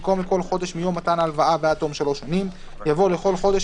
במקום "לכל חודש מיום מתן ההלוואה ועד תום שלוש שנים" יבוא "לכל חודש